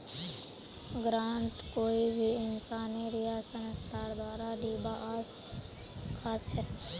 grant कोई भी इंसानेर या संस्थार द्वारे दीबा स ख छ